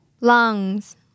Lungs